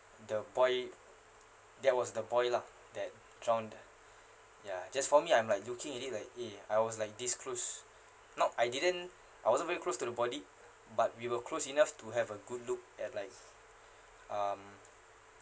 the boy that was the boy lah that drowned ah ya just for me I'm like joking at it like eh I was like this close not I didn't I wasn't very close to the body but we were close enough to have a good look at like um